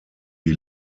die